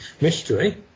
mystery